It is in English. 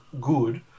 good